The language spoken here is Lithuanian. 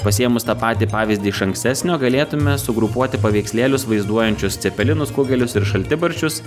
pasiėmus tą patį pavyzdį iš ankstesnio galėtume sugrupuoti paveikslėlius vaizduojančius cepelinus kugelius ir šaltibarščius